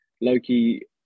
Loki